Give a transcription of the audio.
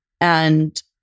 And-